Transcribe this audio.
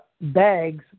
bags